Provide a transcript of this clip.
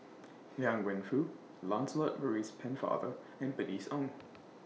Liang Wenfu Lancelot Maurice Pennefather and Bernice Ong